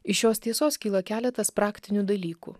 iš šios tiesos kyla keletas praktinių dalykų